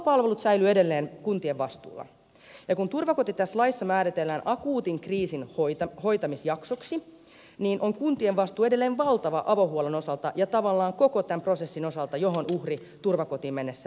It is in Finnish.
avopalvelut säilyvät edelleen kuntien vastuulla ja kun turvakoti tässä laissa määritellään akuutin kriisin hoitamisjaksoksi on kuntien vastuu edelleen valtava avohuollon osalta ja tavallaan koko tämän prosessin osalta johon uhri turvakotiin mennessään joutuu